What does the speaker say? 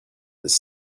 this